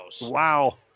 Wow